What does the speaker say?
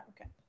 okay